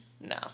No